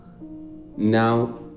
now